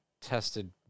tested